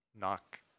knock